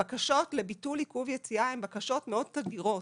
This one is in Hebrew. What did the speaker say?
הבקשות לביטול עיכוב יציאה הם בקשות מאוד תדירות.